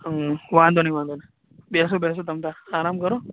હં વાંધો નહીં વાંધો નહીં બેસો બેસો તમ તમારે આરામ કરો